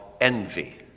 envy